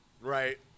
Right